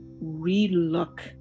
re-look